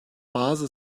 bazı